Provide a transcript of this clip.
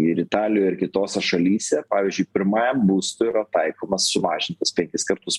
ir italijoj ir kitose šalyse pavyzdžiui pirmajam būstui yra taikomas sumažintas penkis kartus